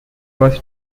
was